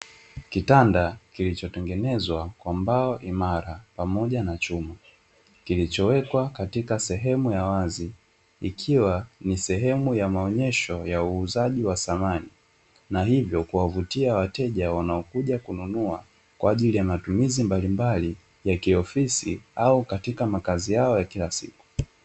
Kitanda kilichotengenezwa kwa mbao imara pamoja na chuma, kilichowekwa katika sehemu ya wazi ikiwa ni sehemu ya maonesho ya uuzaji wa samani, na hivyo kuwavutia wateja wanaokuja kununua kwa ajili ya matumizi mbalimbali ya kiofisi, au katika makazi yao ya kila siku.